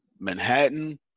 Manhattan